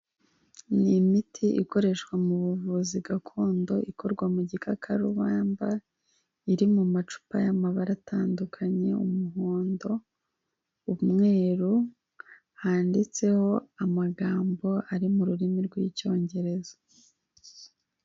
Ni imiti ikoreshwa mu buvuzi gakondo ikorwa mu gikakarubamba iri mu macupa y'amabara atandukanye umuhondo, umweru, handitseho amagambo ari mu rurimi rw'Icyongereza.